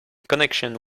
connection